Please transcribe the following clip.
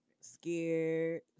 scared